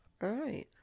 Right